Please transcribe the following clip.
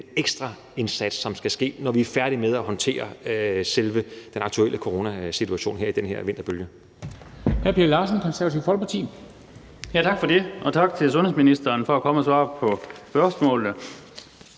ekstra indsats, der skal ske, når vi er færdige med at håndtere selve den aktuelle coronasituation her i den her vinterbølge.